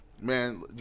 man